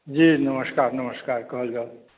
जी नमस्कार नमस्कार कहल जाउ